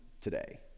today